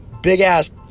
big-ass